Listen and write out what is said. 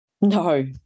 No